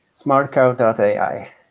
SmartCow.ai